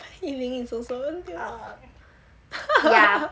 yi ming is also a leo